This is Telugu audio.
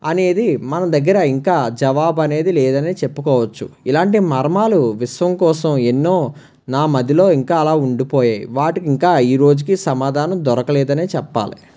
అనేది మన దగ్గర ఇంకా జవాబు అనేది లేదనే చెప్పుకోవచ్చు ఇలాంటి మర్మాలు విశ్వం కోసం ఎన్నో నా మదిలో ఇంకా అలా ఉండిపోయాయి వాటికి ఇంకా ఈ రోజుకి సమాధానం దొరకలేదనే చెప్పాలి